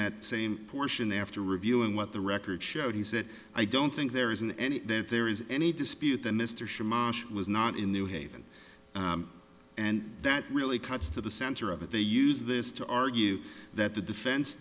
that same portion after reviewing what the records showed he said i don't think there isn't any that there is any dispute that mr shaw was not in new haven and that really cuts to the center of it they use this to argue that the defen